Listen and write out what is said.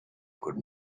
could